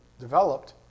developed